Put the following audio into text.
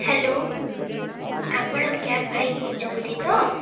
hello ଆପଣ cab ଭାଇ କହୁଛନ୍ତି ତ